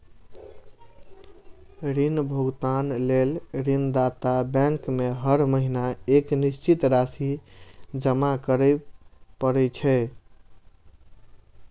ऋण भुगतान लेल ऋणदाता बैंक में हर महीना एक निश्चित राशि जमा करय पड़ै छै